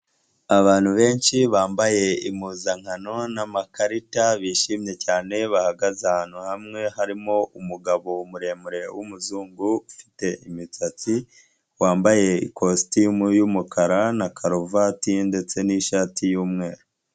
Abantu benshi bambaye impuzankano n'amakarita, bishimye cyane, bahagaze ahantu hamwe, harimo umugabo muremure w'umuzungu ufite imitsatsi, wambaye ikositimu y'umukara na karuvati ndetse n'ishati y'umweru.